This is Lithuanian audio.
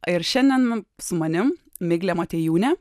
ir šiandien su manim miglė motiejūnė